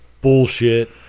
bullshit